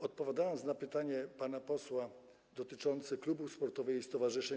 Odpowiadam na pytanie pana posła dotyczące klubów sportowych i stowarzyszeń.